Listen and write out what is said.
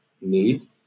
need